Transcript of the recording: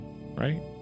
right